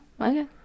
okay